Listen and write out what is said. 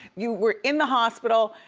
you were in the hospital,